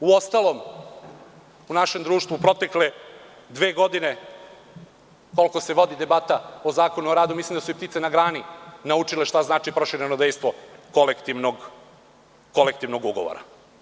Uostalom u našem društvu protekle dve godine, koliko se vodi debata o Zakonu o radu, mislim da su i ptice na grani naučile šta znači prošireno dejstvo kolektivnog ugovora.